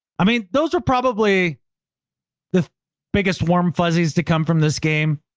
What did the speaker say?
i mean those are probably the biggest warm fuzzies to come from this game.